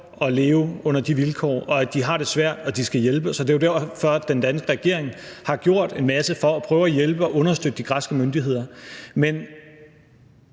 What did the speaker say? at leve under de vilkår, og at de har det svært, og at de skal hjælpes. Det er jo derfor, den danske regering har gjort en masse for at prøve at hjælpe og understøtte de græske myndigheder. Men